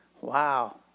Wow